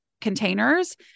containers